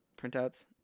printouts